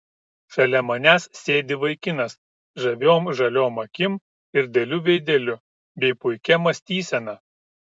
šalia manęs sėdi vaikinas žaviom žaliom akim ir dailiu veideliu bei puikia mąstysena